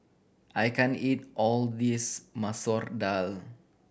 I can't eat all this Masoor Dal